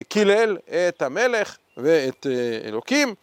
קילל את המלך ואת אלוקים.